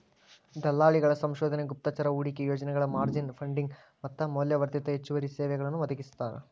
ದಲ್ಲಾಳಿಗಳ ಸಂಶೋಧನೆ ಗುಪ್ತಚರ ಹೂಡಿಕೆ ಯೋಜನೆಗಳ ಮಾರ್ಜಿನ್ ಫಂಡಿಂಗ್ ಮತ್ತ ಮೌಲ್ಯವರ್ಧಿತ ಹೆಚ್ಚುವರಿ ಸೇವೆಗಳನ್ನೂ ಒದಗಿಸ್ತಾರ